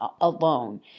alone